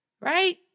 right